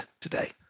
today